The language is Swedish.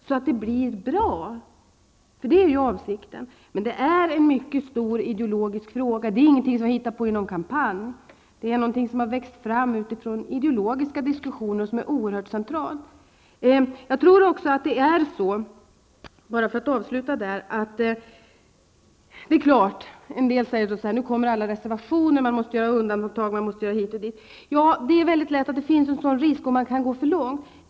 Avsikten är att det här skall bli bra. Det här är en mycket stor ideologisk fråga. Det är inget som har hittats på i en kampanj. Förslaget har vuxit fram med utgångspunkt i ideologiska diskussioner och är oerhört centralt. Nu säger en del att det kommer reservationer, undantag osv. Ja, den risken finns om man går för långt.